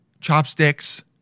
Chopsticks